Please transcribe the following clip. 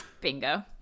bingo